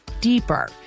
deeper